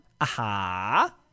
Aha